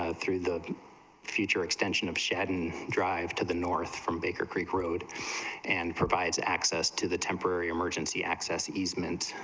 ah through the future extension of shad and drive to the north from baker creek road and provides access to the temporary emergency access easements,